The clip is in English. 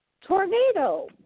Tornado